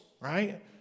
right